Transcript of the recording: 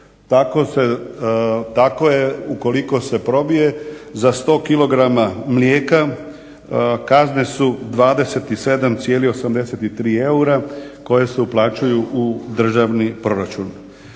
tako je ukoliko se probije za 100kg mlijeka kazne su 27,83 eura, koje se uplaćuju u državni proračun.